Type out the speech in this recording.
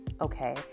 okay